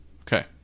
okay